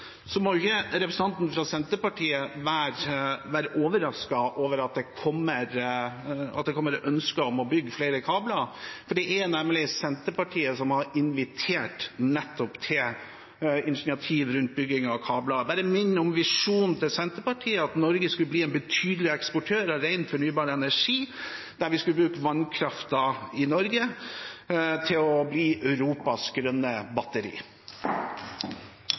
ikke representanten fra Senterpartiet være overrasket over at det kommer ønsker om å bygge flere kabler, for det er nemlig Senterpartiet som har invitert nettopp til initiativ rundt bygging av kabler. Jeg bare minner om visjonen til Senterpartiet, at Norge skulle bli en betydelig eksportør av ren, fornybar energi, der vi skulle bruke vannkraften i Norge til å bli Europas grønne batteri.